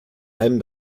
allem